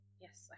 yes